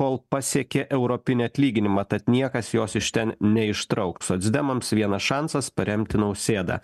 kol pasiekė europinį atlyginimą tad niekas jos iš ten neištrauks socdemams vienas šansas paremti nausėdą